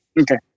Okay